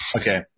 Okay